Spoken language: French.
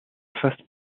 faces